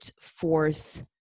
forth